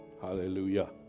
Hallelujah